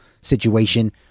situation